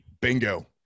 bingo